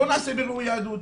בואו נעשה בירור יהדות,